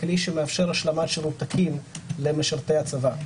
ככלי שמאפשר השלמת שירות תקין למשרתי הצבא.